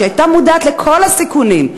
שהייתה מודעת לכל הסיכונים,